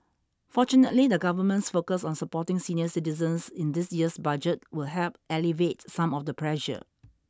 fortunately the government's focus on supporting senior citizens in this year's budget will help alleviate some of the pressure